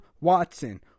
Watson